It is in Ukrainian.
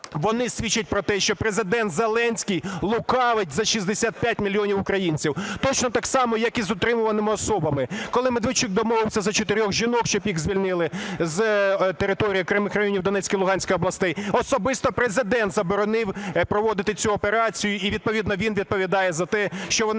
вони свідчать про те, що Президент Зеленський лукавить за 65 мільйонів українців. Точно так само, як з утримуваними особами, коли Медведчук домовився за чотирьох жінок, щоб їх звільнили з території окремих районів Донецької і Луганської областей, особисто Президент заборонив проводити цю операцію і відповідно він відповідає за те, що вони